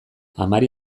amari